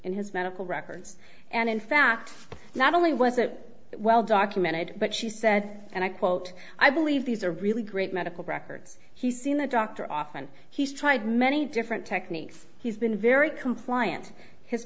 and his medical records and in fact not only was it well documented but she said and i quote i believe these are really great medical records he's seen the doctor often he's tried many different techniques he's been very compliant his